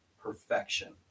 perfection